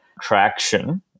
traction